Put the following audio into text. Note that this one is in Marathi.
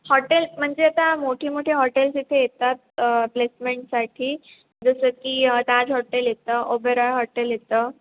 हॉटेल म्हणजे आता मोठीमोठी हॉटेल्स इथे येतात प्लेसमेंटसाठी जसं की ताज हॉटेल येतं ओबेरॉय हॉटेल येतं